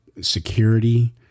security